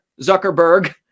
Zuckerberg